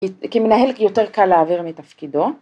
‫כמנהל יותר קל להעביר מתפקידו.